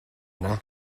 yna